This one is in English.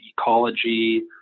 ecology